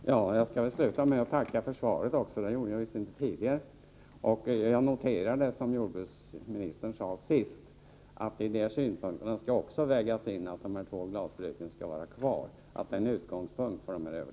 Herr talman! Jag skall sluta med att tacka för svaret. Jag noterar det som jordbruksministern sade sist, vilket innebär att en utgångspunkt för överläggningarna skall vara att de två glasbruken skall vara kvar.